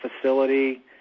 facility